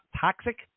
toxic